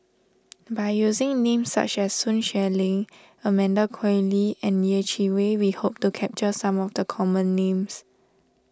by using names such as Sun Xueling Amanda Koe Lee and Yeh Chi Wei we hope to capture some of the common names